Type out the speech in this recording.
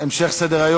יש, אפשר לתת לו.